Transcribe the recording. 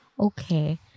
okay